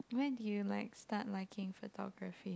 when do you like start liking photography